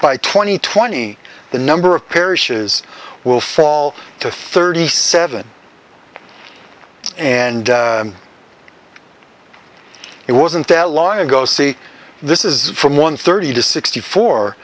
by twenty twenty the number of parishes will fall to thirty seven and it wasn't that long ago see this is from one thirty to sixty four